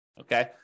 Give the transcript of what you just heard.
okay